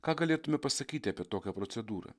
ką galėtume pasakyti apie tokią procedūrą